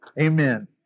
Amen